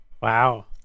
Wow